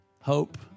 Hope